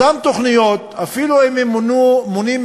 אותן תוכניות, אפילו אם הן ממומנות במיליארדים,